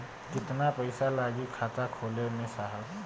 कितना पइसा लागि खाता खोले में साहब?